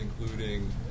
including